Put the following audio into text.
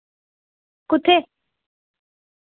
कुत्थे